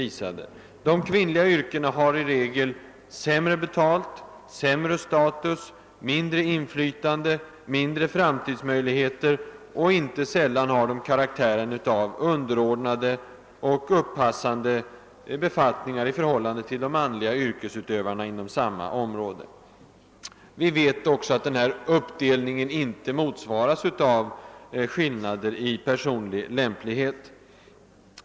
De kvinnliga yrkena ger i regel sämre betalt, sämre status, mindre inflytande, sämre framtidsmöjligheter och har inte sällan karaktären av underordnade och uppassande befattningar i förhållande till de manliga yrkesutövarna inom samma område. Vi vet också att denna uppdelning inte motsvaras av skillnader i personlig lämplighet.